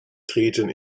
treten